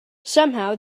somehow